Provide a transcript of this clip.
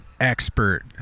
expert